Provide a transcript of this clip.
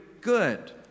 good